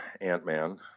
Ant-Man